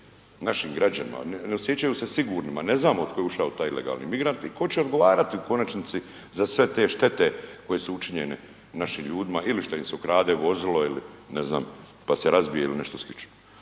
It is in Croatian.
našim građanima, ne osjećaju se sigurnima, ne znamo od kuda je ušao taj ilegalni migrant i tko će odgovarati u konačnici za sve te štete koje su učinjene našim ljudima, ili što im se ukrade vozilo ili ne znam pa se razbije ili nešto slično.